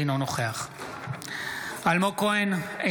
אינו נוכח אלמוג כהן,